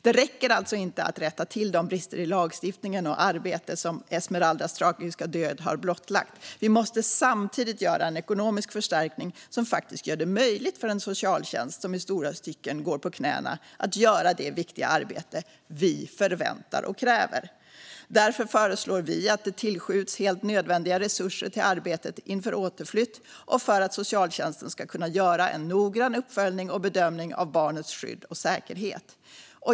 Det räcker alltså inte att rätta till de brister i lagstiftning och arbete som Esmeraldas tragiska död har blottlagt. Vi måste samtidigt göra en ekonomisk förstärkning som faktiskt gör det möjligt för en socialtjänst som i stora stycken går på knäna att göra det viktiga arbete som vi förväntar oss och kräver. Därför föreslår vi att det tillskjuts helt nödvändiga resurser till arbetet inför återflytt och för att socialtjänsten ska kunna göra en noggrann uppföljning och bedömning av barnets skydd och säkerhet.